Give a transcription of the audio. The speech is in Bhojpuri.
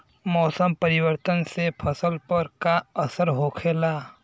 मौसम परिवर्तन से फसल पर का असर होखेला?